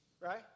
Right